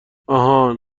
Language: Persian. آهان